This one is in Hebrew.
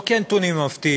לא כי הנתונים הם מפתיעים.